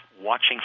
watching